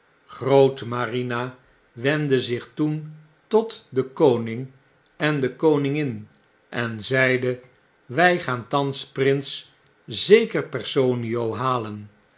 grootmarina wendde zich toen tot den koning en de koningin en zeide wrj gaan thans prins zekerpersonio halen